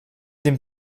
den